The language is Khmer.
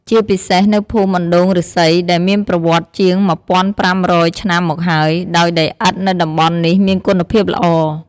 ជាពិសេសនៅភូមិអណ្ដូងឫស្សី ដែលមានប្រវត្តិជាង ១,៥០០ ឆ្នាំមកហើយ ដោយដីឥដ្ឋនៅតំបន់នេះមានគុណភាពល្អ។